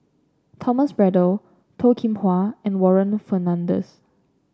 Thomas Braddell Toh Kim Hwa and Warren Fernandez